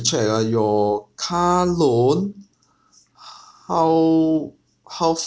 check ah your car loan how how